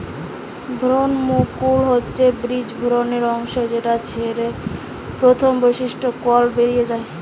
ভ্রূণমুকুল হচ্ছে বীজ ভ্রূণের অংশ যেটা ছের প্রথম বৈশিষ্ট্য হচ্ছে কল বেরি যায়